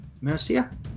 Mercia